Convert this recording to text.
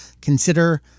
consider